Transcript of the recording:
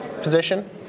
position